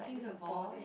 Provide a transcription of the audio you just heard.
there's a ball there